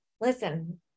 listen